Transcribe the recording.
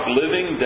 living